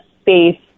space